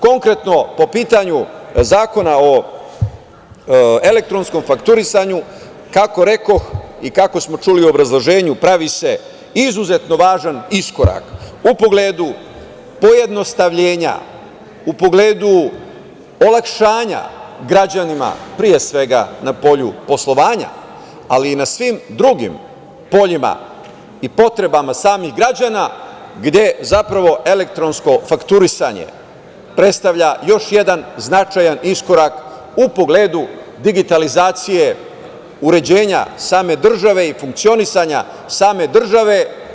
Konkretno, po pitanju zakona o elektronskom fakturisanju, kako rekoh i kako smo čuli u obrazloženju, pravi se izuzetno važan iskorak u pogledu pojednostavljenja, u pogledu olakšanja građanima, pre svega na polju poslovanja, ali i na svim drugim poljima i potrebama samih građana, gde zapravo elektronsko fakturisanje predstavlja još jedan značajan iskorak u pogledu digitalizacije uređenja same države i funkcionisanja same države.